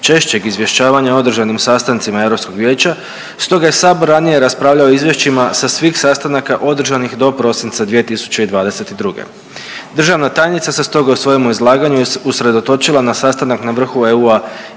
češćeg izvješćavanja o održanim sastancima Europskog vijeća stoga je sabor ranije raspravljao o izvješćima sa svih sastanaka održanih do prosinca 2022. Državna tajnica se stoga u svojemu izlaganju usredotočila na sastanak na vrhu EU